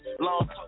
Long